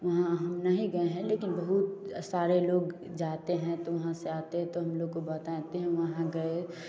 वहाँ हम नहीं गए हैं लेकिन बहुत सारे लोग जाते हैं तो वहाँ से आते हैं हम लोग को बताते हैं वहाँ गए